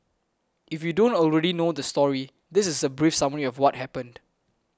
if you don't already know the story this is a brief summary of what happened